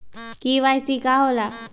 KYC का होला?